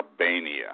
Albania